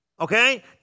okay